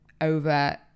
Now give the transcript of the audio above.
over